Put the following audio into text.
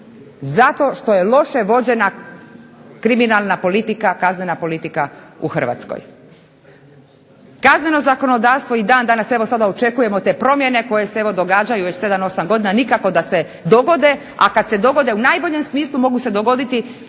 zato što je loše vođena kriminalna politika, kaznena politika u Hrvatskoj. Kazneno zakonodavstvo dan danas, evo očekujemo te promjene koje se događaju već 7, 8 godina nikako da se dogode, a kada se dogode u najboljem smislu mogu se dogoditi